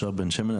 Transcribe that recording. ממושב בן שמן.